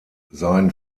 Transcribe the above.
sein